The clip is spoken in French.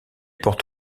porte